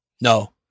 No